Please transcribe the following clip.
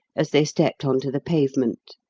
as they stepped on to the pavement.